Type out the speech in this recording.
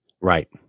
Right